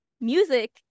music